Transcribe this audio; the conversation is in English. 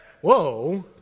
Whoa